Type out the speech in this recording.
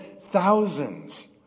thousands